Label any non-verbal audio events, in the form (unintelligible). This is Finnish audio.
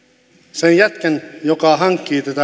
sen jätkän taskuun joka hankkii tätä (unintelligible)